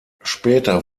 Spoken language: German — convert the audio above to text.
später